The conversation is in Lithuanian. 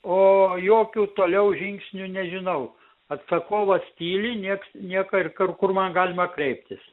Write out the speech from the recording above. o jokių toliau žingsnių nežinau atsakovas tyli nieks nieko ir kur man galima kreiptis